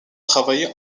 travaillé